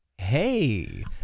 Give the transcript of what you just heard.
Hey